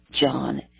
John